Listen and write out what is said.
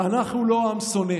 "אנחנו לא עם שונא.